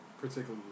particularly